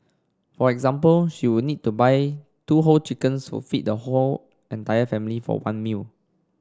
for example she would need to buy two whole chickens for feed the whole entire family for one meal